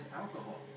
alcohol